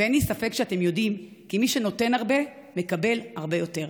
ואין לי ספק שאתם יודעים כי מי שנותן הרבה מקבל הרבה יותר.